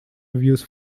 reviews